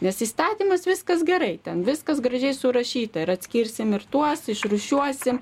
nes įstatymas viskas gerai ten viskas gražiai surašyta ir atskirsim ir tuos išrūšiuosim